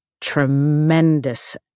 tremendous